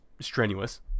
strenuous